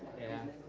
and